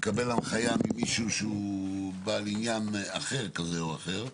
יקבל הנחיה ממישהו שהוא בעל עניין כזה או אחר,